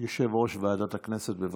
ליושב-ראש ועדת הכנסת, בבקשה.